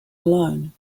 alone